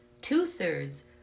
Two-thirds